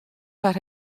foar